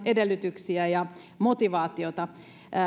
edellytyksiä ja motivaatiota